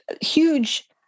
huge